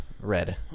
Red